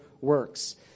works